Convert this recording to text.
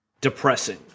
depressing